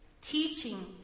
teaching